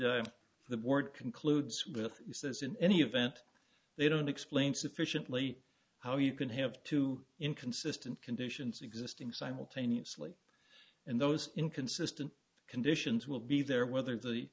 that the board concludes with you says in any event they don't explain sufficiently how you can have two inconsistent conditions existing simultaneously and those inconsistent conditions will be there whether